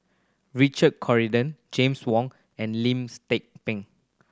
Richard Corridon James Wong and Lim's Tze Peng